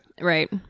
Right